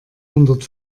hundert